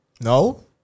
No